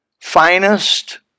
finest